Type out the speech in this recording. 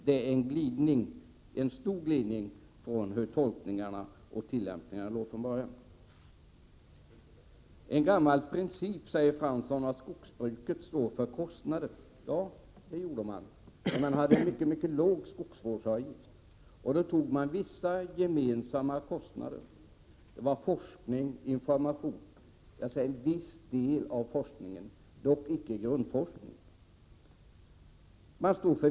Det är en stor glidning från de tolkningar och tillämpningar som gällde från början. En gammal princip, säger Jan Fransson, är att skogsbruket står för kostnaderna. Ja, det gjorde man. Skogsvårdsavgiften var mycket låg. Då tog man på sig vissa gemensamma kostnader. Det gällde forskning och information. Jag säger viss del av forskningen, dock icke grundforskning.